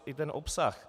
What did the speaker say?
I ten obsah.